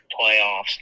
playoffs